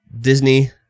disney